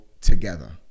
together